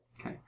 Okay